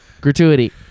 gratuity